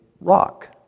rock